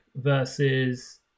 versus